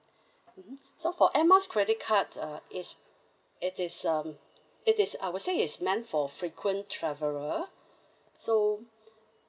I believe so for Air Miles credit card uh it's it is um it is I would say it's meant for frequent traveller so